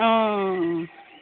অঁ